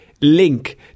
link